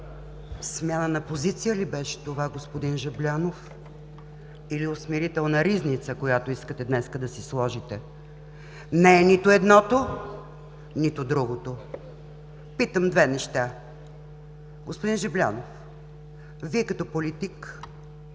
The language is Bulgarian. Смяна на позиция ли беше това, господин Жаблянов, или усмирителна ризница, която искате днес да си сложите? Не е нито едното, нито – другото! Питам две неща! Господин Жаблянов, Вие като политик